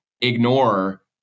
Ignore